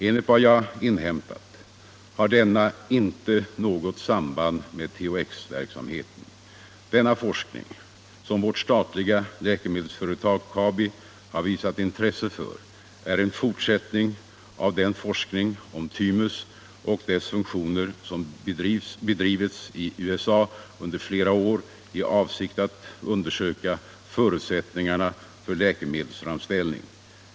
Enligt vad jag inhämtat har denna inte något samband med THX-verksamheten. Denna forskning, som vårt statliga läkemedelsföretag Kabi har visat intresse för, är en fortsättning av den forskning om thymus och dess funktioner som bedrivits i USA under flera år i avsikt att undersöka förutsättningarna för läkemedelsframställning.